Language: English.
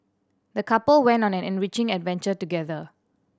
the couple went on an enriching adventure together